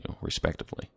respectively